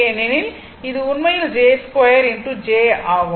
ஏனெனில் இது உண்மையில் j2 j ஆகும்